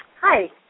Hi